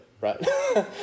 right